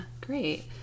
great